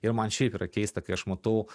ir man šiaip yra keista kai aš matau